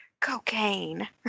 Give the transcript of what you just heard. Cocaine